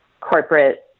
corporate